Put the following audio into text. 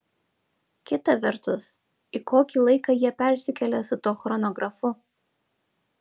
kita vertus į kokį laiką jie persikėlė su tuo chronografu